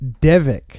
devik